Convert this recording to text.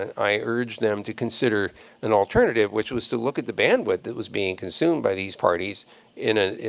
i urged them to consider an alternative, which was to look at the bandwidth that was being consumed by these parties in a,